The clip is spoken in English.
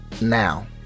now